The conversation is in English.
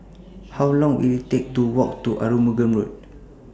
How Long Will IT Take to Walk to Arumugam Road